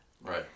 Right